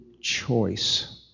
choice